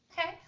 Okay